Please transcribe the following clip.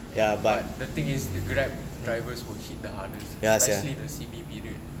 ya but the thing is to grab drivers will hit the hardest especially the C_B period